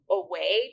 away